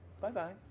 Bye-bye